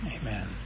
Amen